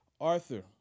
arthur